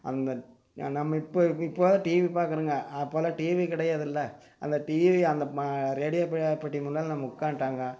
அந்தன் ந நம்ம இப்போ இப்போ தான் டிவி பார்க்குறங்க அப்போல்லாம் டிவி கிடையாதுல்ல அந்த டிவி அந்த ம ரேடியோ பெ பெட்டிக்கு முன்னால் நம்ம உக்காந்துட்டாங்க